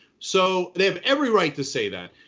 so they have every right to say that.